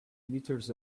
meters